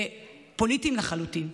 פוליטיים לחלוטין.